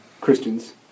Christians